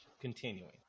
continuing